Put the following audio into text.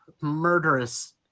murderous